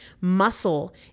Muscle